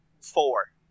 four